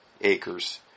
acres